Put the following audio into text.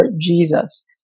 Jesus